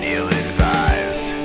Ill-Advised